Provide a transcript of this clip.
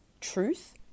truth